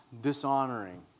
dishonoring